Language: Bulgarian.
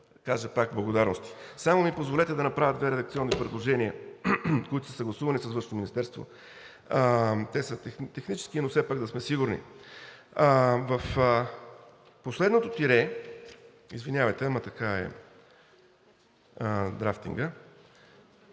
кажа пак благодарности. Само ми позволете да направя две редакционни предложения, които са съгласувани с Външно министерство. Те са технически, но все пак да сме сигурни. В последното тире на страница